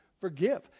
forgive